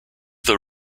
the